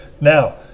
Now